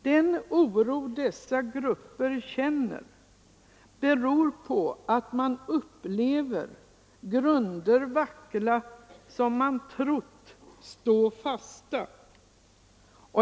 Den oro dessa grupper känner beror på att man upplever grunder vackla som man trott stå fasta.